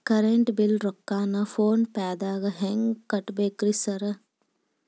Current bill ರೊಕ್ಕಾನ phone ಪೇದಾಗ ಹೆಂಗ್ ಕಟ್ಟಬೇಕ್ರಿ ಸರ್?